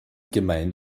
gemeint